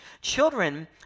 Children